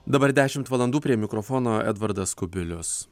dabar dešimt valandų prie mikrofono edvardas kubilius